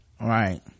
right